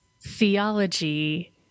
theology